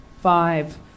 Five